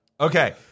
Okay